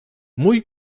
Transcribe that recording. mój